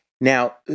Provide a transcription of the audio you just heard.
Now